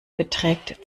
beträgt